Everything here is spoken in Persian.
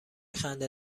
خنده